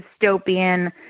dystopian